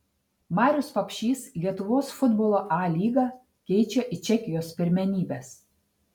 marius papšys lietuvos futbolo a lygą keičia į čekijos pirmenybes